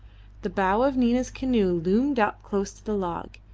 the bow of nina's canoe loomed up close to the log,